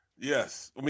Yes